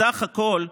בסך הכול,